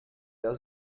der